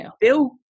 bill